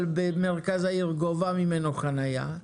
אבל במרכז העיר גובה ממנו חנייה,